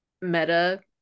meta